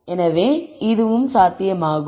எனவே இதுவும் சாத்தியமாகும்